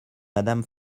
madame